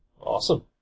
Awesome